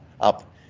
up